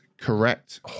correct